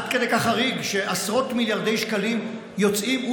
עד כדי כך חריג שעשרות מיליארדי שקלים יוצאים,